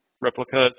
replicas